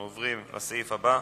אנחנו עוברים לסעיף הבא,